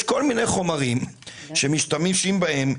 יש כל מיני חומרים שמשתמשים בהם,